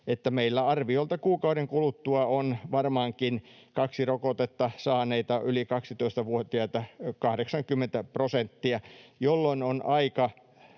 että meillä arviolta kuukauden kuluttua on varmaankin kaksi rokotetta saaneita yli 12-vuotiaita 80 prosenttia, jolloin on aika